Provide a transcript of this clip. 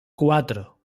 cuatro